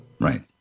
Right